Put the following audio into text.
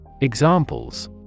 Examples